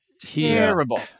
Terrible